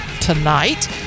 tonight